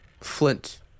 flint